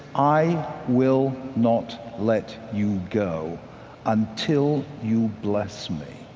i will not let you go until you bless me.